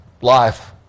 life